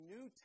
New